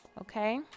okay